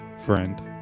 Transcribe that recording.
Friend